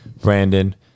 brandon